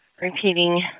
Repeating